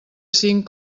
cinc